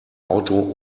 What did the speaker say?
auto